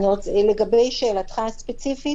לגבי שאלתך הספציפית